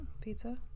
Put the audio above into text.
Pizza